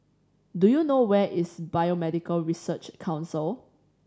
do you know where is Biomedical Research Council